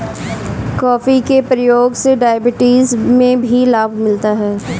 coffee के प्रयोग से डायबिटीज में भी लाभ मिलता है